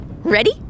Ready